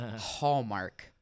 hallmark